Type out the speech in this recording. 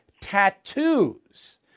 tattoos